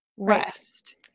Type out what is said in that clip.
rest